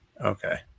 Okay